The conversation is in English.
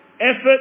effort